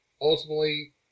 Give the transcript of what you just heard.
ultimately